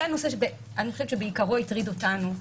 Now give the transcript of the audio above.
זה הנושא שבעיקרו הטריד אותנו,